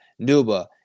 Nuba